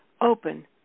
open